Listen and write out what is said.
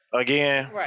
again